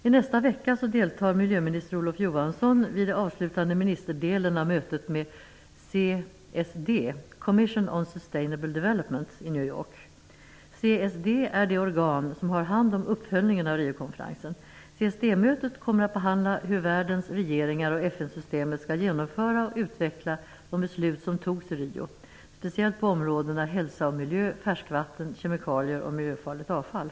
I nästa vecka deltar miljöminister Olof Johansson vid den avslutande ministerdelen av mötet med New York. CSD är det organ som har hand om uppföljningen av Riokonferensen. CSD-mötet kommer att behandla hur världens regeringar och FN-systemet skall genomföra och utveckla de beslut som fattades i Rio, framför allt när det gäller hälsa, miljö, färskvatten, kemikalier och miljöfarligt avfall.